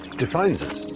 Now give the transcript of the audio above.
defines us.